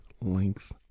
length